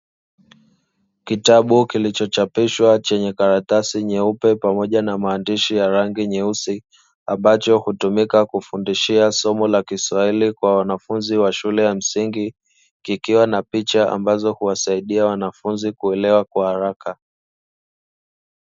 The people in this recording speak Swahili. Kitabu kilichochapishwa chenye karatasi nyeupe pamoja na maandishi ya rangi nyeusi, ambacho hutumika kufundishia somo la kiswahili kwa wanafunzi wa shule ya msingi, kikiwa na picha ambazo huwasaidia wanafunzi kuelewa kwa haraka.